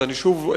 ושוב,